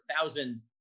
thousand